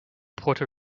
puerto